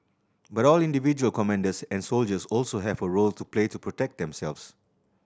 but all individual commanders and soldiers also have a role to play to protect themselves